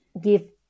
give